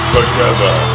Together